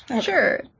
Sure